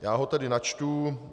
Já ho tedy načtu.